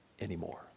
anymore